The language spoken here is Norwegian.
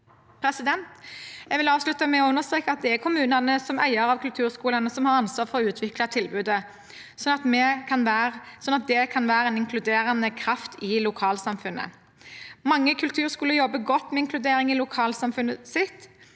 arbeid. Jeg vil avslutte med å understreke at det er kommunene, som eiere av kulturskolene, som har ansvaret for å utvikle tilbudet sånn at det kan være en inkluderende kraft i lokalsamfunnet. Mange kulturskoler jobber godt med inkludering i lokalsamfunnet sitt,